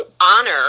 honor